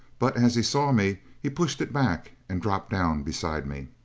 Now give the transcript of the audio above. but as he saw me he pushed it back and dropped down beside me.